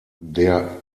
der